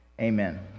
amen